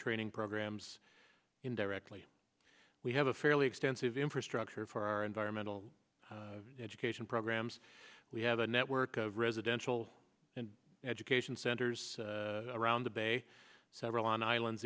training programs indirectly we have a fairly extensive infrastructure for our environmental education programs we have a network of residential and education centers around the bay several on islands